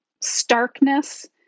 starkness